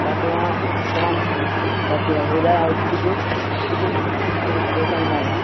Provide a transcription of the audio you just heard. تاکہ وہاں تمام ساتھی کا ہو جائے اور کسی کو کسی طرح سے پریشانی نہ ہو